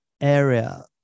area